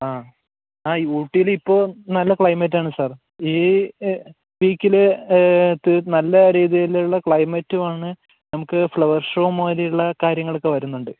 ആ ഊട്ടിയിൽ ഇപ്പോൾ നല്ല ക്ലൈമറ്റ് ആണ് സർ ഈ വീക്കിൽ നല്ല രീതിയിലുള്ള ക്ലൈമറ്റുമാണ് നമ്മൾക്ക് ഫ്ളവർ ഷോ പോലെയുള്ള കാര്യങ്ങൾ ഒക്കെ വരുന്നുണ്ട്